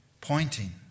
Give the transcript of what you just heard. pointing